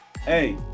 Hey